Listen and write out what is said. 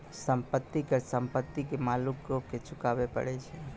संपत्ति कर संपत्ति के मालिको के चुकाबै परै छै